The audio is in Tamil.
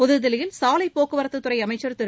புதுதில்லியில் சாவைப் போக்குவரத்துத் துறை அமைச்சர் திரு